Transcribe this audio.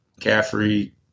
Caffrey